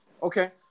Okay